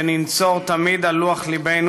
שננצור תמיד על לוח לבנו.